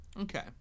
Okay